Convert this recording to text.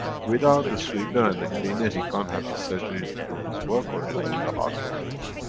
without the sweeper and the cleaner he can't have his surgery to do his work or they do the heart operation.